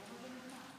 כן.